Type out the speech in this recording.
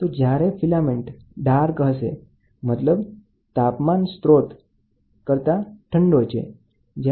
તેથી filament dark છે આ કુલર છે પછી તાપમાનનો સ્ત્રોત છે